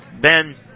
Ben